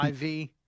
IV